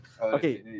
Okay